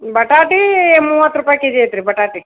ಬಟಾಟೆ ಮೂವತ್ತು ರೂಪಾಯಿ ಕೆಜಿ ಐತೆ ರೀ ಬಟಾಟೆ